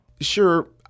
Sure